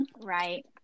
Right